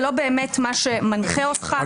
דווקא כמי שמבינה את המקום של החשיבות המקצועית,